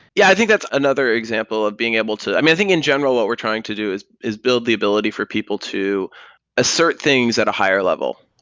yeah, i think that's another example of being able to i think in general, what we're trying to do is is build the ability for people to assert things at a higher level.